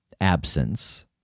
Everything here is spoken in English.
absence